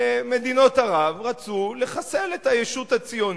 מדינות ערב רצו לחסל את הישות הציונית,